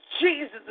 Jesus